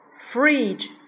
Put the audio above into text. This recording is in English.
Fridge